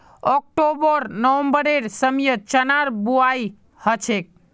October नवंबरेर समयत चनार बुवाई हछेक